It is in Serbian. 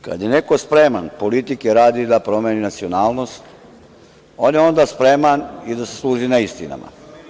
Kad je neko spreman, politike radi, da promeni nacionalnost, on je onda spreman i da se služi neistinama.